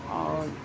اور